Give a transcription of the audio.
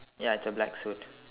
ya it's a black suit